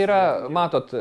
yra matot